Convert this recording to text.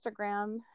instagram